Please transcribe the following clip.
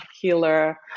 healer